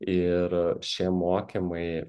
ir šie mokymai